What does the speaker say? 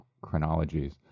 chronologies